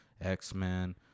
X-Men